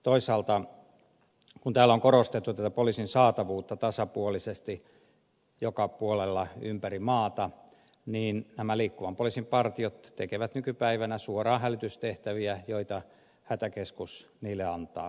toisaalta kun täällä on korostettu tätä poliisin saatavuutta tasapuolisesti joka puolella ympäri maata niin nämä liikkuvan poliisin partiot tekevät nykypäivänä suoraan hälytystehtäviä joita hätäkeskus niille antaa